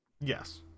Yes